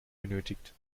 benötigt